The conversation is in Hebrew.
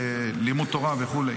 לימוד תורה וכו'.